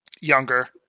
younger